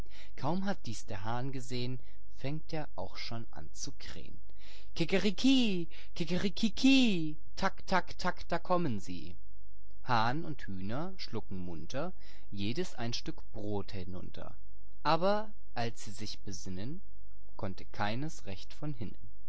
kaum hat dies der hahn gesehen fängt er auch schon an zu krähen kikeriki kikikerikih tak tak tak da kommen sie illustration und schlucken das brot hahn und hühner schlucken munter jedes ein stück brot hinunter illustration keines kann von hinnen aber als sie sich besinnen konnte keines recht von hinnen